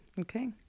Okay